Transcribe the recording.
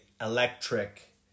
electric